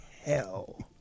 hell